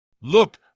Look